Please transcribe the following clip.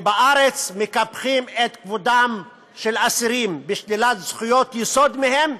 בארץ מקפחים את כבודם של אסירים בשלילת זכויות יסוד מהם,